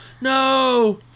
No